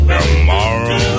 Tomorrow